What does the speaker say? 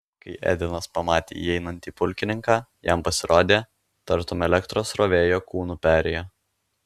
kai edenas pamatė įeinantį pulkininką jam pasirodė tartum elektros srovė jo kūnu perėjo